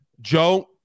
Joe